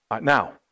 Now